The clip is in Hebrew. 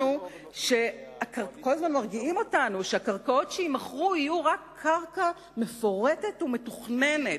כל הזמן מרגיעים אותנו שהקרקעות שיימכרו יהיו רק קרקע מפורטת ומתוכננת.